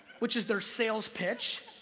which is their sales pitch.